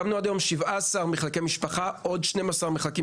עד היום 17 ועוד 2 בדרך.